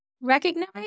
recognize